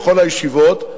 בכל הישיבות,